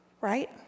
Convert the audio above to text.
Right